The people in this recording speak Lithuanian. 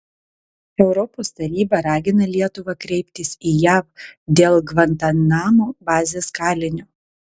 europos taryba ragina lietuvą kreiptis į jav dėl gvantanamo bazės kalinio